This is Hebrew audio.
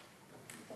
שלום,